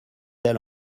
elle